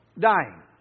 Dying